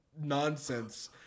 nonsense